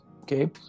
Okay